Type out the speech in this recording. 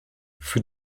für